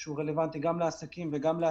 שהוא רלוונטי גם לעסקים וגם לעצמאיים.